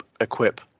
equip